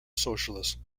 socialist